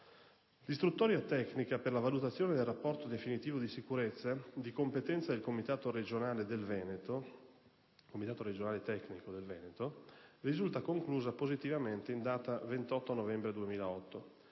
L'istruttoria tecnica per la valutazione del rapporto definitivo di sicurezza, di competenza del comitato tecnico regionale del Veneto, risulta conclusa positivamente in data 28 novembre 2008.